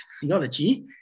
theology